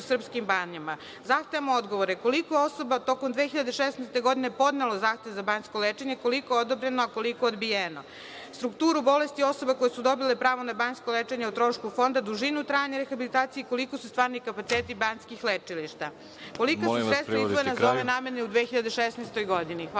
srpskim banjama? Zahtevam odgovore - koliko je osoba tokom 2016. godine podnelo zahtev za banjsko lečenje? Koliko je odobreno, a koliko odbijeno? Strukturu bolesti osoba koje su dobile pravo na banjsko lečenje o trošku fonda, dužinu trajanja rehabilitacije i koliko su stvarni kapaciteti banjskih lečilišta? Kolika su sredstva izdvojena za ove namene u 2016. godini?